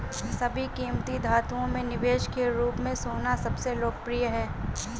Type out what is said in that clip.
सभी कीमती धातुओं में निवेश के रूप में सोना सबसे लोकप्रिय है